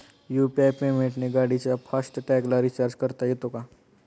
UPI पेमेंटने गाडीच्या fast टॅगला रिर्चाज करता येते का?